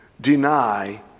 deny